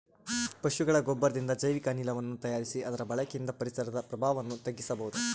ಪಶುಗಳ ಗೊಬ್ಬರದಿಂದ ಜೈವಿಕ ಅನಿಲವನ್ನು ತಯಾರಿಸಿ ಅದರ ಬಳಕೆಯಿಂದ ಪರಿಸರದ ಪ್ರಭಾವವನ್ನು ತಗ್ಗಿಸಬಹುದು